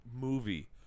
movie